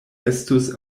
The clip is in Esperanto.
estus